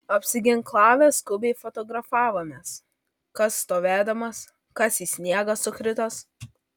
apsiginklavę skubiai fotografavomės kas stovėdamas kas į sniegą sukritęs